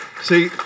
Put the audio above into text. See